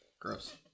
Gross